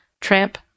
Tramp